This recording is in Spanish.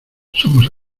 somos